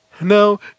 No